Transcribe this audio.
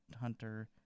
Hunter